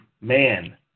man